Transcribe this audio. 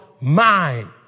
mind